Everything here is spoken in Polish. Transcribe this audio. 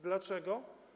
Dlaczego?